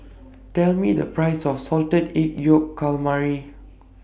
Tell Me The Price of Salted Egg Yolk Calamari